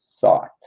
thought